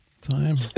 Time